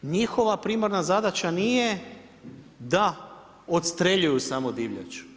Njihova primarna zadaća nije da odstreljuju samo divljač.